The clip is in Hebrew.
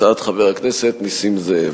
הצעת חבר הכנסת נסים זאב.